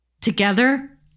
Together